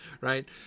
Right